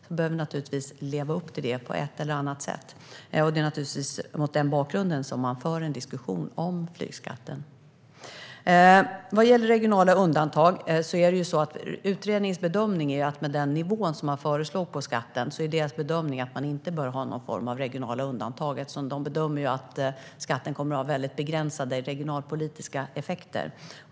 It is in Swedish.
Vi behöver naturligtvis leva upp till det på ett eller annat sätt, och det är mot den bakgrunden man för en diskussion om flygskatten. Vad gäller regionala undantag är det utredningens bedömning att man med den nivå på skatten som föreslås inte bör ha någon form av regionala undantag. Utredningen bedömer att skatten kommer att ha väldigt begränsade regionalpolitiska effekter.